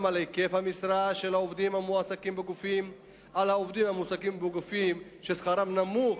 גם על היקף המשרה של העובדים המועסקים בגופים ששכרם נמוך